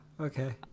Okay